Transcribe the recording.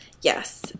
Yes